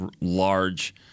large